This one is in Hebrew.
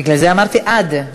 בגלל זה אמרתי "עד".